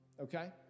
okay